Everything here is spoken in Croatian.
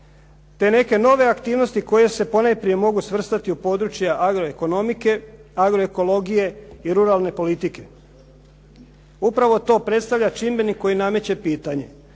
Te neke nove aktivnosti koje se ponajprije mogu svrstati u područja agro ekonomike, agro ekologije i ruralne politike. Upravo to predstavlja čimbenik koji nameće pitanje.